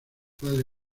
padre